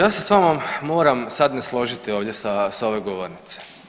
Pa ja se s vama moram sad ne složiti ovdje sa ove govornice.